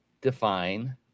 define